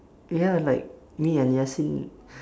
ya like me and yasin